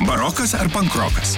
barokas ar pankrokas